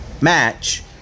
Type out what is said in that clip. match